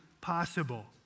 possible